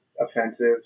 offensive